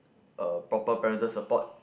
a proper parented support